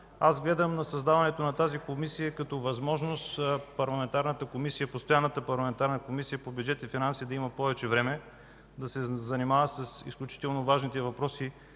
Аз гледам на създаването на тази Комисия като възможност постоянната парламентарна Комисия по бюджет и финанси да има повече време да се занимава с изключително важните въпроси